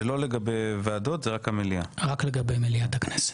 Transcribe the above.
ביטול ישיבת כנסת ביום שני, י"ז באייר התשפ"ג,